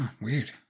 Weird